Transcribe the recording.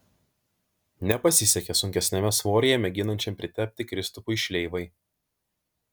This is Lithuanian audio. nepasisekė sunkesniame svoryje mėginančiam pritapti kristupui šleivai